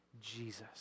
Jesus